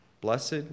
Blessed